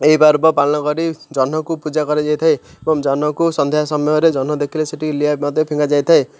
ଏହି ପର୍ବ ପାଳନ କରି ଜହ୍ନକୁ ପୂଜା କରାଯାଇଥାଏ ଏବଂ ଜହ୍ନକୁ ସନ୍ଧ୍ୟା ସମୟରେ ଜହ୍ନ ଦେଖିଲେ ସେଠି ଲିଆ ମଧ୍ୟ ଫିଙ୍ଗାଯାଇଥାଏ